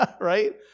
right